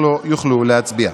לא יוכלו להצביע.